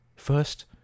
First